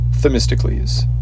Themistocles